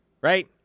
right